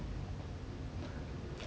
um